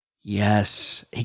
Yes